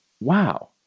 Wow